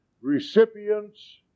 recipients